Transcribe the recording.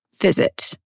visit